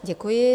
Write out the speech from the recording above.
Děkuji.